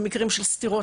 במקרים של סתירות,